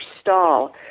stall